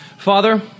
Father